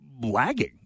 lagging